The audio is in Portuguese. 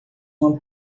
uma